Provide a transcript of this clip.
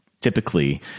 typically